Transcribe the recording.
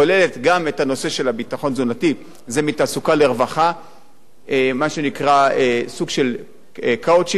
זה "מתעסוקה לרווחה"; מה שנקרא סוג של coaching למשפחות שנמצאות במצוקה.